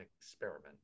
experiment